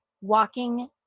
walking